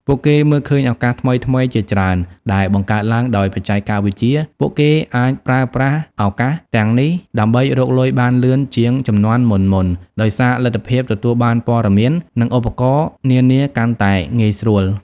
ពួកគេមើលឃើញឱកាសថ្មីៗជាច្រើនដែលបង្កើតឡើងដោយបច្ចេកវិទ្យា ពួកគេអាចប្រើប្រាស់ឱកាសទាំងនេះដើម្បីរកលុយបានលឿនជាងជំនាន់មុនៗ ដោយសារលទ្ធភាពទទួលបានព័ត៌មាន និងឧបករណ៍នានាកាន់តែងាយស្រួល។